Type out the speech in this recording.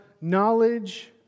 knowledge